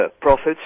profits